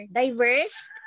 diverse